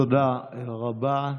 תודה רבה.